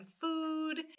food